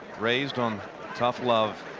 raised on tough love.